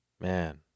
Man